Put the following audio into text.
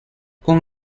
con